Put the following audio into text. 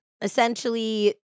Essentially